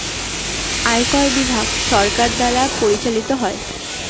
আয়কর বিভাগ সরকার দ্বারা পরিচালিত হয়